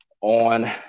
on